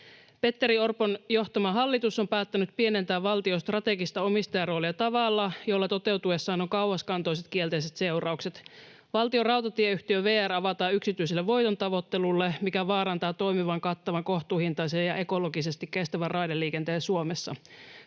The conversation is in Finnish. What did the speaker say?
”Petteri Orpon johtama hallitus on päättänyt pienentää valtion strategista omistajaroolia tavalla, jolla toteutuessaan on kauaskantoiset kielteiset seuraukset. Valtion rautatieyhtiö VR avataan yksityiselle voitontavoittelulle, mikä vaarantaa toimivan, kattavan, kohtuuhintaisen ja ekologisesti kestävän raideliikenteen Suomessa.